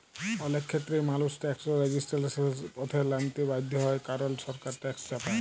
অলেক খ্যেত্রেই মালুস ট্যাকস রেজিসট্যালসের পথে লাইমতে বাধ্য হ্যয় কারল সরকার ট্যাকস চাপায়